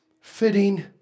Fitting